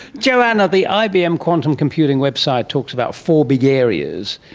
joanna, the ibm quantum computing website talks about four big areas,